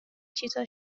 چیزا